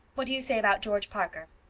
what do you say about george parker?